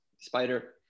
spider